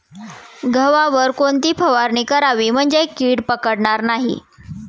गव्हावर कोणती फवारणी करावी म्हणजे कीड पडणार नाही?